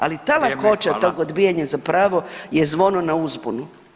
Ali ta lakoća tog odbijanja zapravo je zvono na uzbunu.